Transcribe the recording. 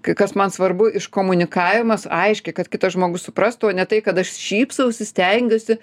kai kas man svarbu iškomunikavimas aiškiai kad kitas žmogus suprastų o ne tai kad aš šypsausi stengiuosi